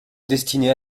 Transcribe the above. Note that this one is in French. destinée